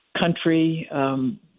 country